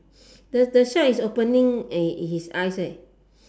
does the shark is opening uh his eyes right